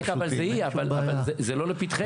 אתה צודק, אבל זו היא, זה לא לפתחנו.